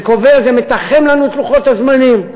זה קובע, זה מתחם לנו את לוחות הזמנים.